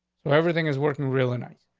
so everything is working really nice.